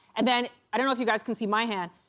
and then, i don't know if you guys can see my hand.